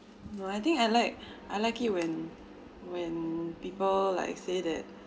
no I think I like I like it when when people like say that